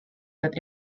that